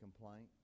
complaint